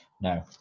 No